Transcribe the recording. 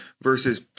versus